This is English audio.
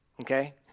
okay